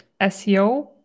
SEO